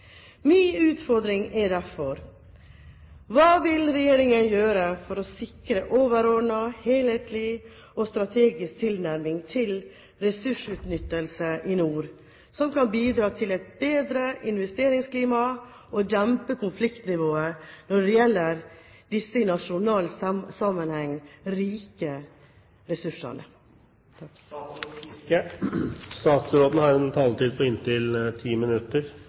utfordring er derfor: Hva vil regjeringen gjøre for å sikre overordnet, helhetlig og strategisk tilnærming til ressursutnyttelse i nord, som kan bidra til et bedre investeringsklima og dempe konfliktnivået når det gjelder disse i nasjonal sammenheng rike ressursene.